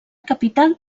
capital